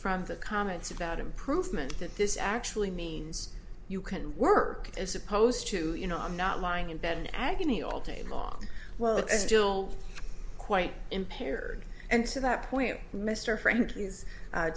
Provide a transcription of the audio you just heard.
from the comments about improvement that this actually means you can work as opposed to you know i'm not lying in bed in agony all day long well it's still quite impaired and to that point mr frank he's